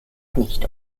nicht